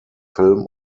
film